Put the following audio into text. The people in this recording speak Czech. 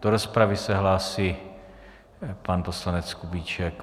Do rozpravy se hlásí pan poslanec Kubíček.